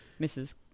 Mrs